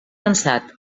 ansat